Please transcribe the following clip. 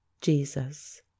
Jesus